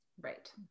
Right